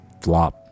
flop